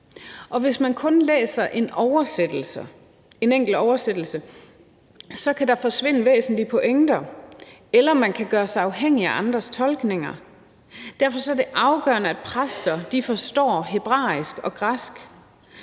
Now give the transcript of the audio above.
hvis man kun læser en enkelt oversættelse, kan der forsvinde væsentlige pointer, eller man kan gøre sig afhængig af andres tolkninger. Derfor er det afgørende, at præster forstår hebraisk og græsk,